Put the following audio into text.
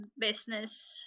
business